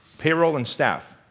payroll and staff